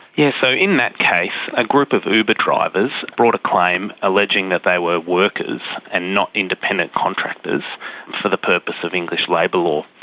yes, so in that case a group of uber drivers brought a claim alleging that they were workers and not independent contractors for the purpose of english labour law.